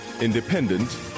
independent